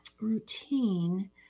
routine